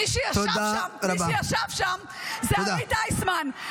מי שישב שם זה עמית איסמן,